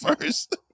first